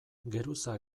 geruza